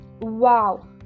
Wow